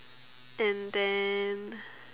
and then